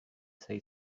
say